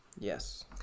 Yes